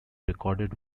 recorded